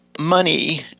money